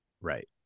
Right